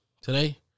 today